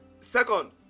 second